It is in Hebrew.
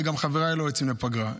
וגם חבריי לא יוצאים לפגרה.